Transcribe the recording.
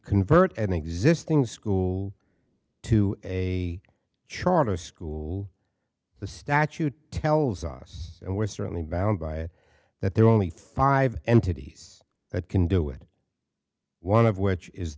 convert an existing school to a charter school the statute tells us and we're certainly bound by it that there are only five entities that can do it one of which is